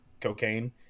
cocaine